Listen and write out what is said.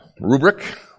rubric